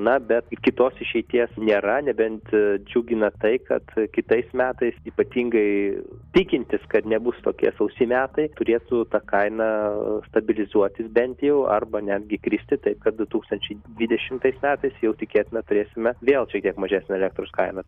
na bet kitos išeities nėra nebent džiugina tai kad kitais metais ypatingai tikintis kad nebus tokie sausi metai turėtų ta kaina stabilizuotis bent jau arba netgi kristi taip kad du tūkstančiai dvidešimtais metais jau tikėtina turėsime vėl šiek tiek mažesnę elektros kainą